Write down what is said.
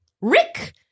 Rick